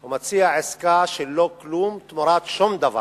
הוא מציע עסקה של לא כלום תמורת שום דבר.